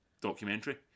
documentary